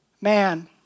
man